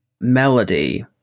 melody